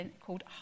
called